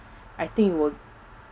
I think will